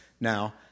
now